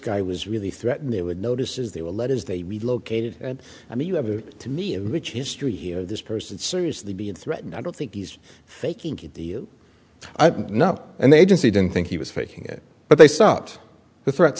guy was really threatened they would notice as they were letters they relocated and i mean to me a rich history here this person seriously being threatened i don't think he's faking it i've not an agency didn't think he was faking it but they stopped the threat